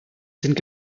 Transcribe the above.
sind